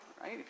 right